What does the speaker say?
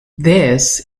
this